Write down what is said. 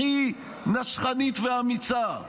הכי נשכנית ואמיצה,